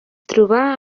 trobà